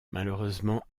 malheureusement